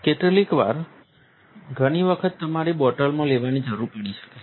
કેટલીકવાર ઘણી વખત તમારે બોટલમાં લેવાની જરૂર પડી શકે છે